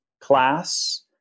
class